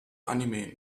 anime